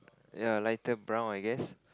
ya lighter brown I guess